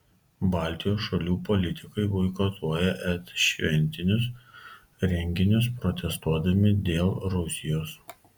baltijos šalių politikai boikotuoja et šventinius renginius protestuodami dėl rusijos